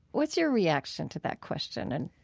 what's your reaction to that question? and